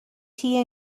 tea